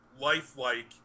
lifelike